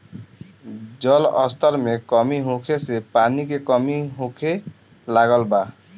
जल स्तर में कमी होखे से पानी के कमी होखे लागल बा